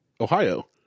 Ohio